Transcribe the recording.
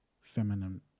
feminine